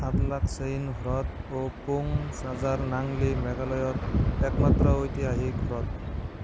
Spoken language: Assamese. থাডলাস্কেইন হ্ৰদ ও পুং চাজাৰ নাংলি মেঘালয়ৰ একমাত্ৰ ঐতিহাসিক হ্ৰদ